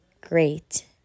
Great